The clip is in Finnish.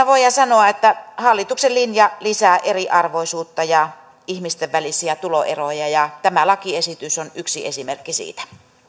voidaan sanoa että hallituksen linja lisää eriarvoisuutta ja ihmisten välisiä tuloeroja ja tämä lakiesitys on yksi esimerkki siitä